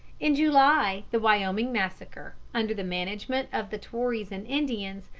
in july the wyoming massacre, under the management of the tories and indians,